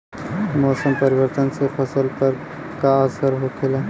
मौसम परिवर्तन से फसल पर का असर होखेला?